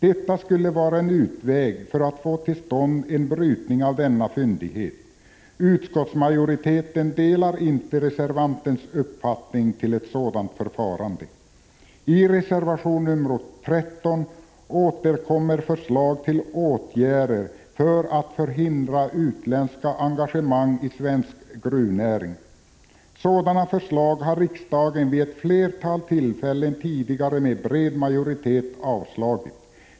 Detta skulle vara en utväg för att få till stånd en brytning av denna fyndighet. Utskottsmajoriteten delar inte reservantens uppfattning. I reservation 13 återkommer förslag till åtgärder för att förhindra utländska engagemang i svensk gruvnäring. Sådana förslag har riksdagen vid ett flertal tillfällen tidigare med bred majoritet avslagit.